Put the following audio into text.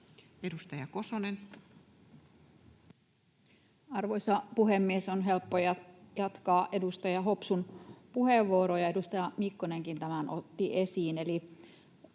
17:57 Content: Arvoisa puhemies! On helppo jatkaa edustaja Hopsun puheenvuoroa, ja edustaja Mikkonenkin tämän otti esiin,